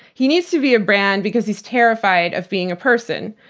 he needs to be a brand because he's terrified of being a person.